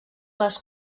les